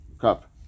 cup